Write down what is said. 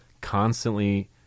constantly